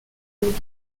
louvre